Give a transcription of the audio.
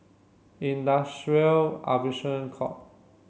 Industrial Arbitration Court